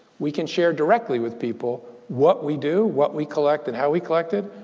we can share directly with people what we do, what we collect, and how we collected.